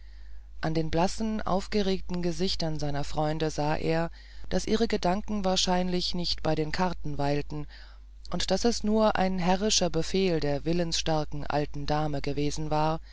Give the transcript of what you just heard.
an den blassen aufgeregten gesichtern seiner freunde sah er daß ihre gedanken wahrlich nicht bei den karten weilten und daß es wohl nur ein herrischer befehl der willensstarken alten dame gewesen war